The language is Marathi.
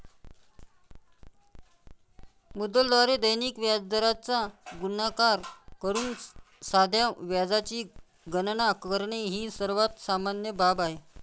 मुद्दलाद्वारे दैनिक व्याजदराचा गुणाकार करून साध्या व्याजाची गणना करणे ही सर्वात सामान्य बाब आहे